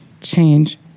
change